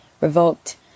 revoked